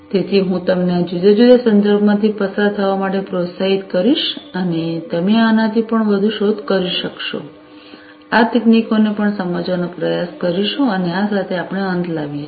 તેથી હું તમને આ જુદા જુદા સંદર્ભોમાંથી પસાર થવા માટે પ્રોત્સાહિત કરીશ અને તમે આનાથી પણ વધુ શોધ કરી શકશો અને આ તકનીકીને પણ સમજવાનો પ્રયાસ કરીશું અને આ સાથે આપણે અંત લાવીશું